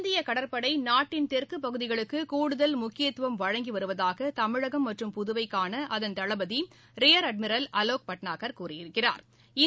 இந்திய கடற்படை நாட்டின் தெற்கு பகுதிகளுக்கு கூடுதல் முக்கியத்துவம் வழங்கி வருவதாக தமிழகம் மற்றும் புதுவைக்கான அதன் தளபதி ரியா் அட்மிரல் ஆலோக் பட்னாகா் கூறியிருக்கிறாா்